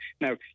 Now